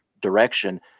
direction